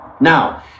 Now